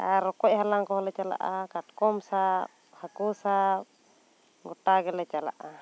ᱟᱨ ᱨᱚᱠᱚᱡ ᱦᱟᱞᱟᱝ ᱠᱚᱦᱚᱸ ᱞᱮ ᱪᱟᱞᱟᱜᱼᱟ ᱠᱟᱴᱠᱚᱢ ᱥᱟᱵ ᱦᱟᱹᱠᱩ ᱥᱟᱵ ᱜᱚᱴᱟ ᱜᱮᱞᱮ ᱪᱟᱞᱟᱜᱼᱟ